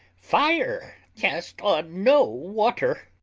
fire cast on no water.